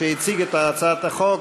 שהציג את הצעת החוק,